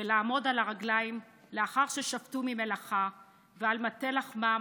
ולעמוד על הרגליים לאחר ששבתו ממלאכה ועל מטה לחמם